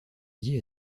liée